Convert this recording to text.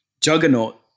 Juggernaut